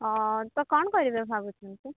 ହଁ ତ କ'ଣ କରିବେ ଭାବୁଛନ୍ତି